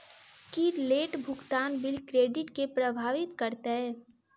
की late भुगतान bill credit केँ प्रभावित करतै?